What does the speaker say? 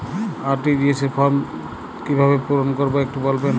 RTGS form কিভাবে পূরণ করবো একটু বলবেন?